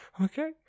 Okay